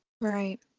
Right